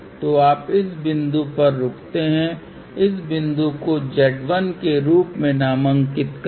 तो आप इस विशेष बिंदु पर रुकते हैं इस बिंदु को z1 के रूप में नामित करते हैं